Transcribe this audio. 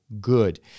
good